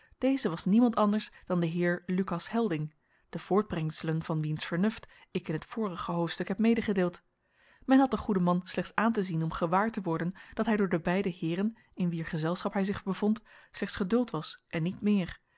deze was niemand anders dan de heer lucas helding de voortbrengselen van wiens vernuft ik in het vorige hoofdstuk heb medegedeeld men had den goeden man slechts aan te zien om gewaar te worden dat hij door de beide heeren in wier gezelschap hij zich bevond slechts geduld was en niet meer